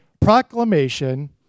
proclamation